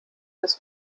des